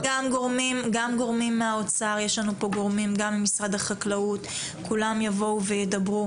יש כאן גורמים מהאוצר וממשרד החקלאות, כולם ידברו.